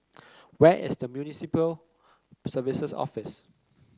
where is Municipal Services Office